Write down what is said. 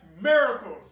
miracles